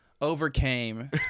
overcame